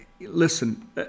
Listen